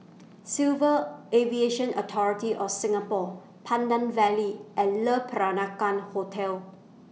Civil Aviation Authority of Singapore Pandan Valley and Le Peranakan Hotel